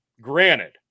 granted